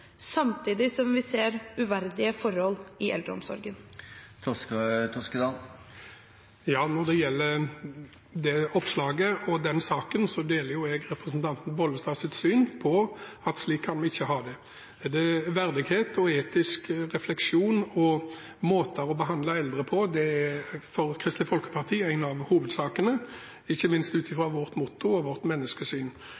samtidig som vi ser uverdige forhold i eldreomsorgen? Når det gjelder det oppslaget og den saken, deler jeg representanten Bollestads syn på at slik kan vi ikke ha det. Verdighet, etisk refleksjon og måter å behandle eldre på er for Kristelig Folkeparti en av hovedsakene, ikke minst ut fra vårt motto og vårt menneskesyn.